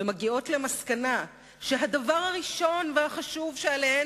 ומגיעות למסקנה שהדבר הראשון והחשוב שעליהן